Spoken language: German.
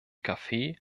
kaffee